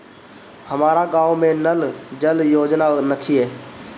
हमारा गाँव मे नल जल योजना नइखे?